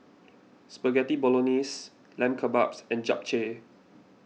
Spaghetti Bolognese Lamb Kebabs and Japchae